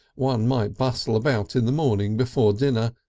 one might bustle about in the morning before dinner,